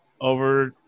over